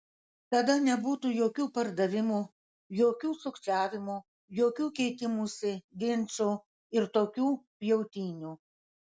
tada nebūtų jokių pardavimų jokių sukčiavimų jokių keitimųsi ginčų ir tokių pjautynių